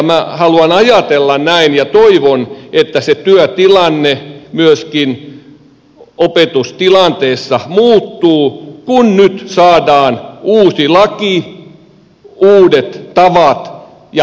minä haluan ajatella näin ja toivon että se työtilanne myöskin opetustilanteessa muuttuu kun nyt saadaan uusi laki uudet tavat ja uusi käytäntö